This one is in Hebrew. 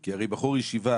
כי הרי בחור ישיבה